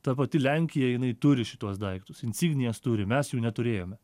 ta pati lenkija jinai turi šituos daiktus insignijas turi mes jų neturėjome